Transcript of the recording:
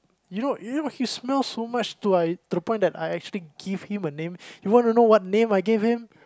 you know you know he smells so much to I to the point I actually give him a name you wanna know what name I gave him